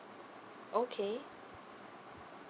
okay